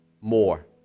more